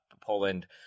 Poland